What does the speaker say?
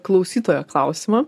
klausytojo klausimą